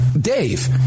dave